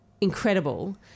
incredible